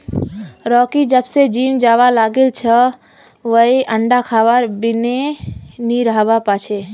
Rocky जब स gym जाबा लागिल छ वइ अंडा खबार बिनइ नी रहबा पा छै